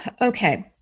Okay